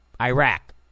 Iraq